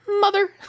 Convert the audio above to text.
Mother